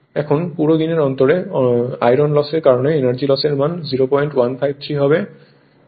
এখন পুরো দিনের অন্তরে আয়রন লসের কারণে এনার্জি লস এর মান 0153হবে